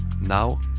now